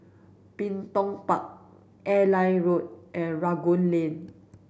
Bin Tong Park Airline Road and Rangoon Lane